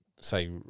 say